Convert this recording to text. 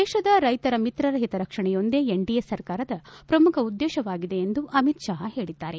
ದೇಶದ ರೈತ ಮಿತ್ರರ ಹಿತರಕ್ಷಣೆಯೊಂದೇ ಎನ್ಡಿಎ ಸರ್ಕಾರದ ಪ್ರಮುಖ ಉದ್ದೇಶವಾಗಿದೆ ಎಂದು ಅಮಿತ್ ಷಾ ಹೇಳಿದ್ದಾರೆ